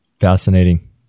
Fascinating